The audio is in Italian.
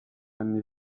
anni